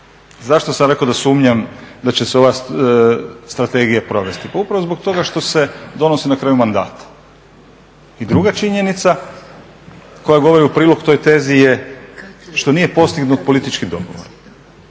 zašto sam rekao da sumnjam da će se ova strategija provesti, pa upravo zbog toga što se donosi na kraju mandata. I druga činjenica koja govori u prilog toj tezi je što nije postignut politički dogovor